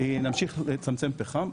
נמשיך לצמצם פחם?